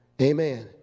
Amen